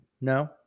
No